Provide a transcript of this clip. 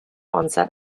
onset